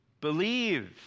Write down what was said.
believe